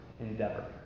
endeavor